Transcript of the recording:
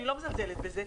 אני לא מזלזלת בזה,